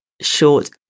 short